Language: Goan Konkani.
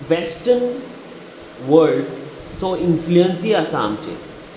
वेस्टन वल्ड चो इनफ्लुयन्सय आसा आमचे